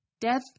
death